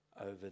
over